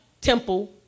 temple